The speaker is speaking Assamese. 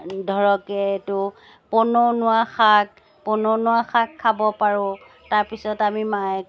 ধৰক এইটো পনৌনোৱা শাক পনৌনোৱা শাক খাব পাৰোঁ তাৰপিছত আমি মাই